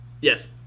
yes